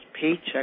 paycheck